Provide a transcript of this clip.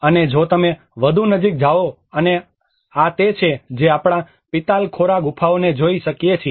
અને જો તમે વધુ નજીક જાઓ અને આ તે છે જે આપણે પિતાલખોરા ગુફાઓને જોઈ શકીએ છીએ